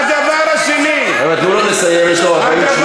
הדבר השני, חבר'ה, תנו לו לסיים, יש לו 40 שניות.